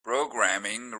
programming